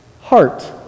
Heart